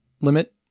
limit